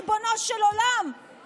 ריבונו של עולם,